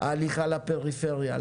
הליכה לפריפריה,